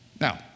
Now